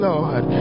Lord